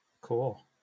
Cool